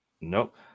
Nope